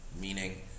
meaning